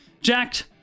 jacked